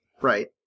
Right